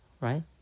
Right